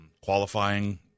Qualifying